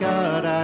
God